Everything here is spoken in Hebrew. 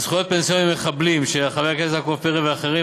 של חבר הכנסת יעקב פרי ואחרים.